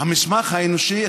המסמך האנושי,